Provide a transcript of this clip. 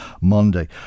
Monday